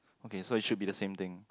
okay so it should be the same thing